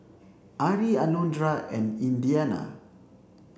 Ari Alondra and Indiana